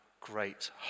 great